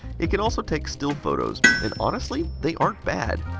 it can also take still photos. and honestly, they aren't bad.